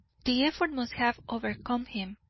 the effort must have overcome him,